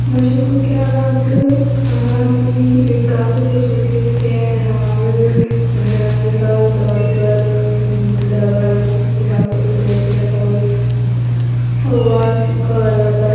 موسیقی کے آلات پر آلات بھی کافی خصوصیت کے حامل ہیں مثال طور پر ڈبل بانسری جیسے عول واس کہا جاتا